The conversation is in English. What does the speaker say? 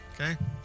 Okay